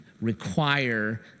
require